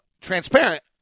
transparent